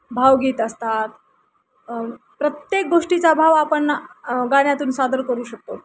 भावगीत असतात प्रत्येक गोष्टीचा भाव आपण गाण्यातून सादर करू शकतो